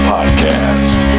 Podcast